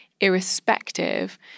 Irrespective